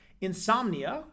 Insomnia